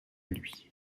lui